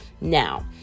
Now